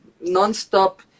non-stop